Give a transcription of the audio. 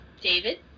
David